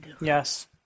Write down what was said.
Yes